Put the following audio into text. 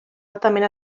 altament